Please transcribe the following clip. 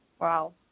Wow